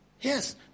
Yes